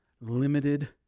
limited